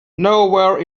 nowhere